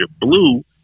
blue